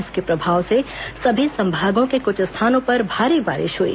इसके प्रभाव से सभी संभागों के कुछ स्थानों पर भारी बारिश हुई